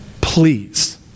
Please